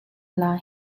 lai